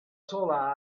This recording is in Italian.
sola